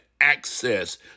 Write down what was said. access